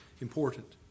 important